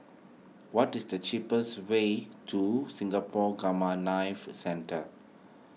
what is the cheapest way to Singapore Gamma Knife Centre